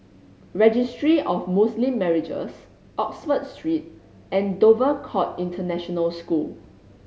Registry of Muslim Marriages Oxford Street and Dover Court International School